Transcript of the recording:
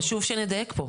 חשוב שנדייק פה.